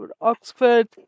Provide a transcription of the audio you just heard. Oxford